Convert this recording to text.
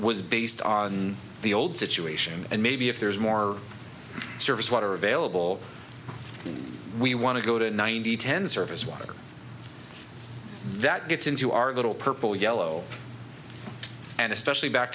was based on the old situation and maybe if there is more surface water available we want to go to ninety ten surface water that gets into our little purple yellow and especially back